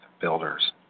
Builders